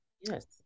Yes